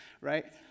right